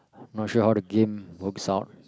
not sure how the game works out